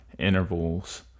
intervals